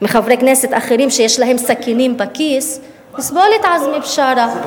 מחברי כנסת אחרים שיש להם סכינים בכיס לסבול את עזמי בשארה.